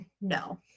no